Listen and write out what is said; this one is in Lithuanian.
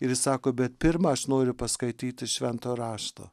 ir ji sako bet pirma aš noriu paskaityti šventojo rašto